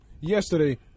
yesterday